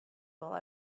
while